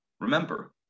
Remember